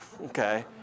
okay